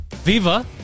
Viva